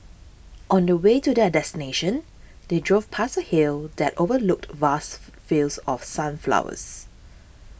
on the way to their destination they drove past a hill that overlooked vast fields of sunflowers